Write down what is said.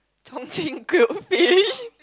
Chongqing grilled fish